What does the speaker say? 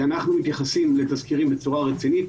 אנחנו מתייחסים לכל תזכיר בצורה רצינית,